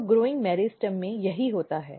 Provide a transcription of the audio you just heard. तो बढ़ते मेरिस्टेम में यही होता है